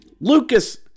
Lucas